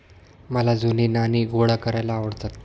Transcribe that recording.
मला जुनी नाणी गोळा करायला आवडतात